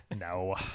No